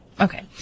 Okay